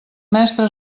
mestre